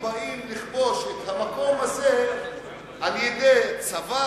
באים לכבוש את המקום הזה על-ידי צבא